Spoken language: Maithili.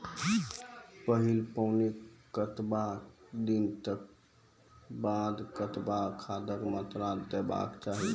पहिल पानिक कतबा दिनऽक बाद कतबा खादक मात्रा देबाक चाही?